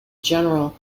general